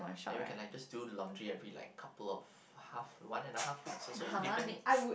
and we can like just do laundry a bit like couple of half one and a half weeks or so depending